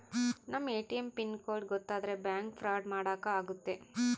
ನಮ್ ATM pin code ಗೊತ್ತಾದ್ರೆ bank fraud ಮಾಡಾಕ ಆಗುತ್ತೆ